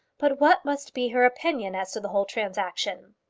but what must be her opinion as to the whole transaction?